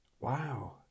wow